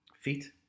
feet